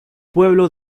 pueblo